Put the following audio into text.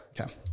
Okay